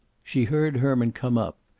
she heard herman come up,